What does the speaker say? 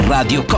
Radio